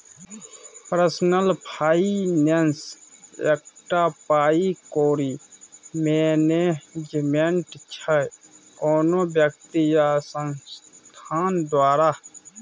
personal finance एकटा पाइ कौड़ी मैनेजमेंट छै कोनो बेकती या संस्थान द्वारा